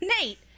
Nate